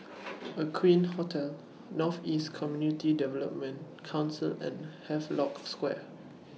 Aqueen Hotel North East Community Development Council and Havelock Square